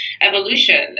evolution